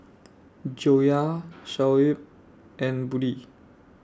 Joyah Shoaib and Budi